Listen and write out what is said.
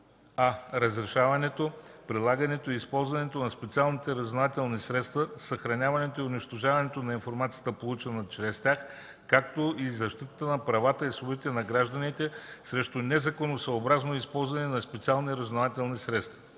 а) разрешаването, прилагането и използването на специалните разузнавателни средства, съхраняването и унищожаването на информацията, получена чрез тях, както и защита на правата и свободите на гражданите срещу незаконосъобразното използване на специалните разузнавателни средства;